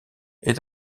est